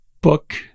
book